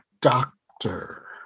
doctor